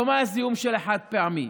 לא מהזיהום של החד-פעמי.